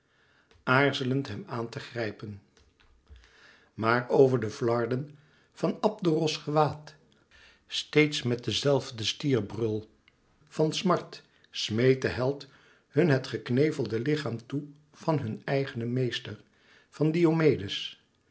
aarzelend hem aan te grijpen maar over de flarden van abderos gewaad steeds met den zelfden stierbrul van smart smeet de held hun het geknevelde lichaam toe van hun eigenen meester van diomedes